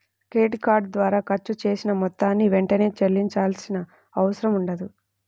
credit card ద్వారా ఖర్చు చేసిన మొత్తాన్ని వెంటనే చెల్లించాల్సిన అవసరం ఉండదు